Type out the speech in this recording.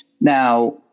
Now